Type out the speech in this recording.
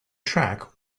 track